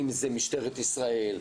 אם זה משטרת ישראל,